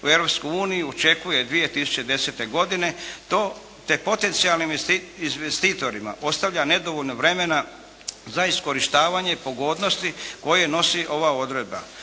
uniju očekuje 2010. godine, te potencijalnim ulagačima nedovoljno vremena za iskorištavanje pogodnosti koje nosi ova uredba.